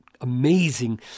amazing